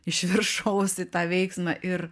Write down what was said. iš viršaus į tą veiksmą ir